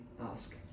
ask